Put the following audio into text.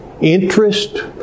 interest